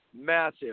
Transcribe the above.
massive